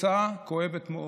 התוצאה כואבת מאוד,